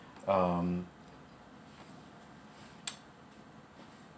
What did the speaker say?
um